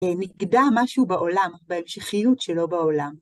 נגדע משהו בעולם, בהמשכיות שלו בעולם.